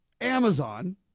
Amazon